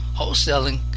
wholesaling